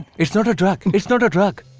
it's not a drug. it's not a drug.